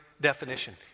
definition